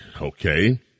Okay